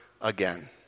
again